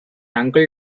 uncle